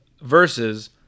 versus